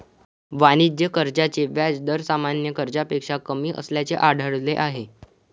वाणिज्य कर्जाचे व्याज दर सामान्य कर्जापेक्षा कमी असल्याचे आढळले आहे